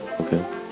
okay